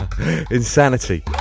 Insanity